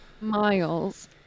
miles